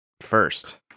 first